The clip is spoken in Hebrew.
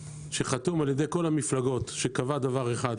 שחתום על ידי כל המפלגות, שקבע דבר אחד,